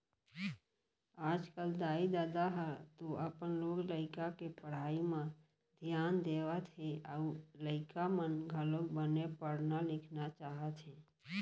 आजकल दाई ददा ह तो अपन लोग लइका के पढ़ई म धियान देवत हे अउ लइका मन घलोक बने पढ़ना लिखना चाहत हे